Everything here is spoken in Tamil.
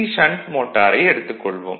ஷண்ட் மோட்டார் எடுத்துக் கொள்வோம்